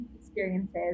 experiences